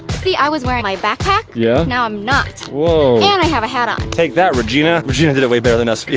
see i was wearing my backpack, and yeah now i'm not and i have a hat on. take that regina! regina did it way better than us vy.